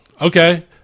okay